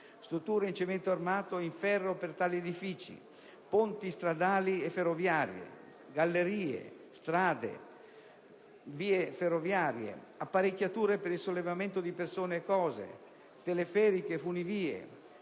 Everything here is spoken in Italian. strutture in cemento armato e in ferro per tali edifici; ponti stradali e ferroviari; gallerie; strade; vie ferrate; apparecchiature per il sollevamento di persone o cose; teleferiche e funivie;